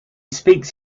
speaks